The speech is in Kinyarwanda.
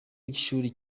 cy’ishuri